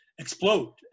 explode